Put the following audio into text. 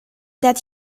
that